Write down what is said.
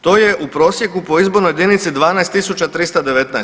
To je u prosijeku po izbornoj jedinici 12319.